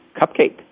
cupcake